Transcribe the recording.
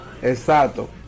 exacto